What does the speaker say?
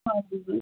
ਹਾਂਜੀ ਜੀ